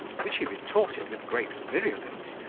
which he retorted with great virulence,